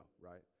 right